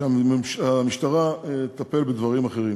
והמשטרה תטפל בדברים אחרים